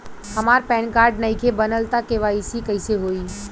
हमार pan card नईखे बनल त के.वाइ.सी कइसे होई?